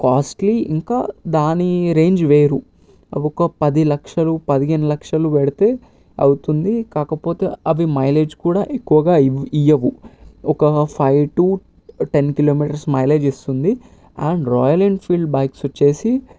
costly ఇంకా దాని range వేరు ఒక పది లక్షలు పదిహేను లక్షలు పెడితే అవుతుంది కాకపోతే అవి మైలేజ్ కూడా ఎక్కువగా ఇయ్యవు ఒక five to ten kilometres mileage ఇస్తుంది అండ్ రాయల్ ఎన్ఫీల్డ్ బైక్స్ వచ్చేసి